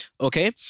Okay